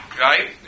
Right